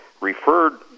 referred